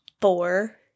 Four